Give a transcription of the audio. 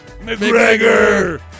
McGregor